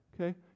Okay